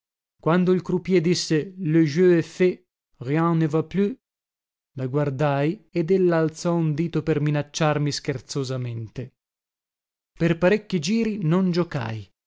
quando il croupier disse le jeu est fait rien ne va plus la guardai ed ella alzò un dito per minacciarmi scherzosamente per parecchi giri non giocai